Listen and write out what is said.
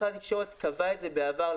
משרד התקשורת קבע את זה בעבר,